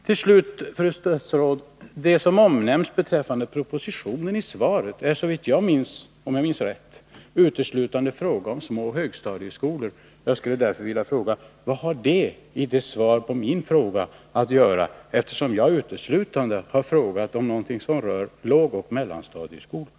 Den proposition som nämns i svaret handlar såvitt jag minns uteslutande om små högstadieskolor. Vilken anledning finns det att nämna dem i svaret på min fråga, som uteslutande handlar om lågoch mellanstadieskolor?